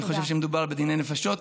אני חושב שמדובר בדיני נפשות,